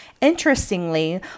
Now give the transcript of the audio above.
Interestingly